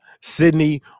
sydney